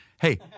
Hey